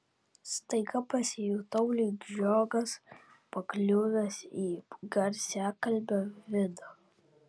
staiga pasijutau lyg žiogas pakliuvęs į garsiakalbio vidų